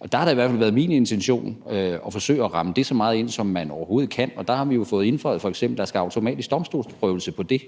og der har det i hvert fald været min intention at forsøge at ramme det så meget ind, som man overhovedet kan, og der har vi jo f.eks. fået indføjet, at der skal automatisk domstolsprøvelse på det.